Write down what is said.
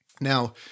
Now